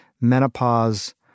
menopause